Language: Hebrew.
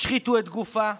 השחיתו את גופה,